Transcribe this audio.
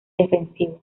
defensivo